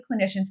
clinicians